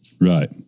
Right